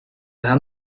her